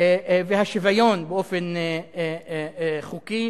והשוויון באופן חוקי,